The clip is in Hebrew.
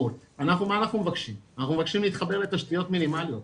אנחנו מה אנחנו מבקשים אנחנו מבקשים להתחבר לתשתיות מינימליות.